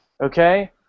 okay